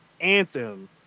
Anthem